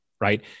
right